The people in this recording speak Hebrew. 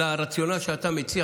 לפי הרציונל שאתה מציע,